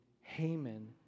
Haman